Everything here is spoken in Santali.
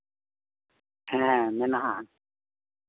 ᱦᱮᱸ ᱢᱮᱱᱟᱜᱼᱟ